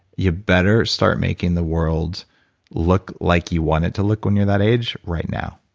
you better start making the world look like you want it to look when you're that age right now.